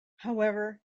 however